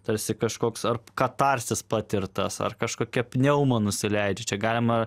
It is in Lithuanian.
tarsi kažkoks ar katarsis patirtas ar kažkokia pneumo nusileidžia čia galima